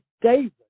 David